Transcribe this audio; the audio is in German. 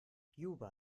juba